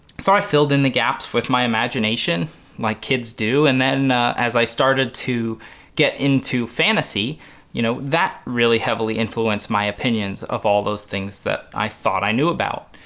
so i filled in the gaps with my imagination like kids do and then as i started to get into fantasy you know that really heavily influenced my opinions of all those things that i thought i knew about.